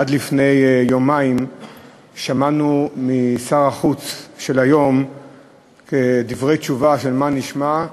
עד לפני יומיים שמענו משר החוץ של היום דברי תשובה על מה נשמע,